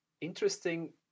interesting